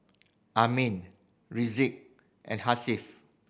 Amrin Rizqi and Hasif